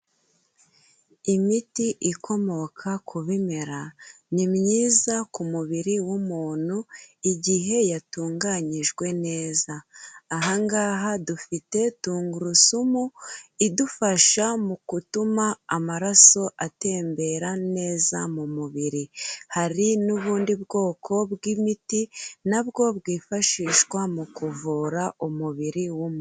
Imiti ikomoka ku bimera ni myiza ku mubiri w'umuntu igihe yatunganyijwe neza. Aha ngaha dufite tungurusumu idufasha mu gutuma amaraso atembera neza mu mubiri. Hari n'ubundi bwoko bw'imiti nabwo bwifashishwa mu kuvura umubiri w'umuntu.